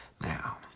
Now